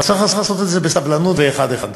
אבל צריך לעשות את זה בסבלנות, ואחד-אחד.